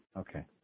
Okay